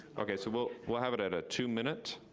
okay, so we'll we'll have it at a two minute